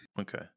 Okay